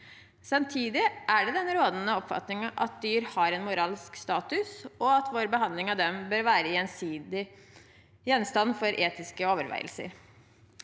Samtidig er det den rådende oppfatningen at dyr har en moralsk status, og at vår behandling av dem bør være gjenstand for etiske overveielser.